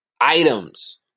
items